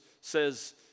says